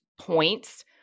points